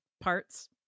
parts